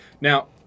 Now